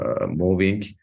moving